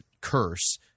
curse